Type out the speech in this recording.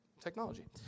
Technology